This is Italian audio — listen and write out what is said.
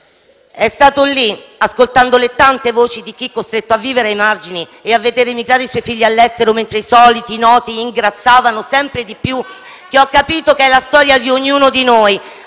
È stato lì, ascoltando le tante voci di chi è costretto a vivere ai margini e a vedere emigrare i suoi figli all'estero mentre i soliti noti ingrassavano sempre di più *(Commenti della senatrice